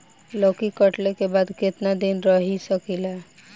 लौकी कटले के बाद केतना दिन रही सकेला?